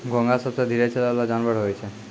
घोंघा सबसें धीरे चलै वला जानवर होय छै